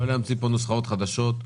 לא להמציא פה נוסחאות חדשות.